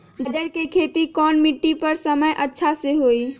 गाजर के खेती कौन मिट्टी पर समय अच्छा से होई?